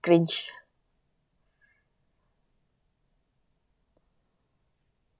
cringe